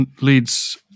leads